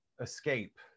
escape